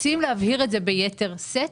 רוצים להבהיר את זה ביתר שאת?